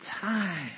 time